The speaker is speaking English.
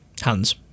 Hands